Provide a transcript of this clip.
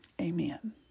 amen